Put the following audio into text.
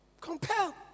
Compel